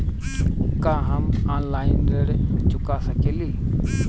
का हम ऑनलाइन ऋण चुका सके ली?